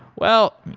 well,